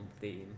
theme